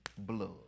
blood